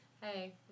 Hey